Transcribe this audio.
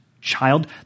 child